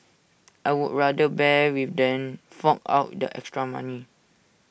I would rather bear with than phone out the extra money